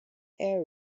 air